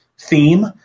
theme